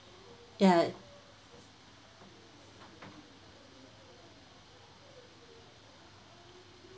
ya